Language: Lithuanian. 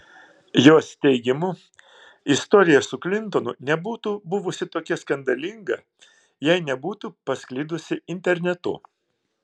jos teigimu istorija su klintonu nebūtų buvusi tokia skandalinga jei nebūtų pasklidusi internetu